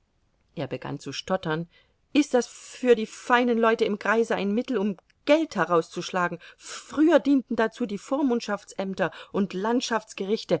er begann zu stottern ist das für die feinen leute im kreise ein mittel um geld herauszuschlagen früher dienten dazu die vormundschaftsämter und